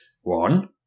One